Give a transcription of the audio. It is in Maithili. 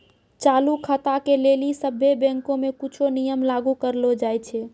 चालू खाता के लेली सभ्भे बैंको मे कुछो नियम लागू करलो जाय छै